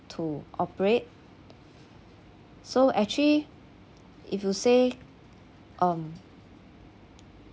to operate so actually if you say um